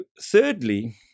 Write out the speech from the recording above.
thirdly